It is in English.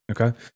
Okay